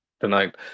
tonight